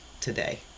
today